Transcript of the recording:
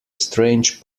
strange